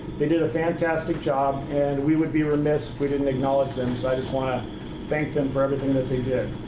they did a fantastic job, and we would be remiss if we didn't acknowledge them. so i just want to thank them for everything that they did.